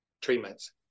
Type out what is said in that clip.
treatments